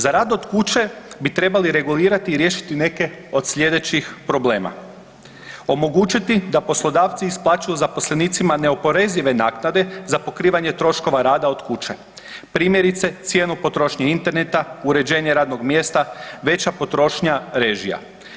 Za rad od kuće bi trebali regulirati i riješiti neke od sljedećih problema: omogućiti da poslodavci isplaćuju zaposlenicima neoporezive naknade za pokrivanje troškova rada od kuće, primjerice cijenu potrošnje Interneta, uređenje radnog mjesta, veća potrošnja režija.